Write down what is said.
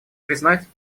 признать